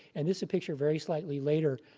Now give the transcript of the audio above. and this a picture very slightly later.